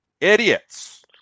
Idiots